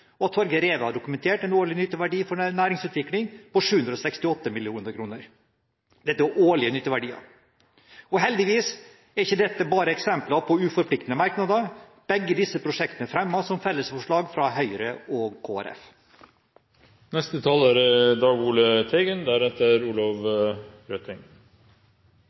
at Torger Reve har dokumentert en årlig nytteverdi for næringsutvikling på 768 mill. kroner». Dette er årlige nytteverdier. Og heldigvis er ikke disse eksemplene bare uforpliktende merknader. Begge disse prosjektene er fremmet som fellesforslag fra Høyre og Kristelig Folkeparti. At Norge og Sverige deler den lengste felles grensen i Europa, er